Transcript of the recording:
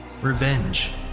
revenge